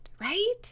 Right